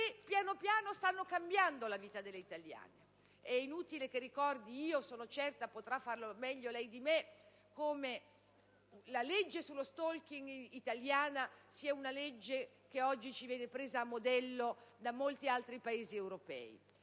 piano piano stanno cambiando la vita delle italiane. È inutile che ricordi io - sono certo che potrà farlo lei meglio di me - come la legge italiana sullo *stalking* sia una legge che oggi viene presa a modello da molti altri Paesi europei.